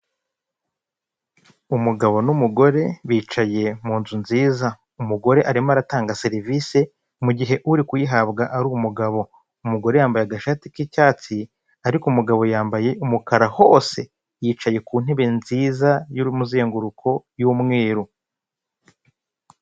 Iki ni igitanda gisizwe irangi ry'umutuku nagarashiramo isaso, igitanda kize cyane ni kinini cyaryamo abantu barenze umwe ni cyiza cyane.